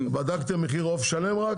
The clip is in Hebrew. בדקתם מחיר עוף שלם רק?